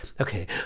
okay